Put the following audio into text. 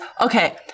okay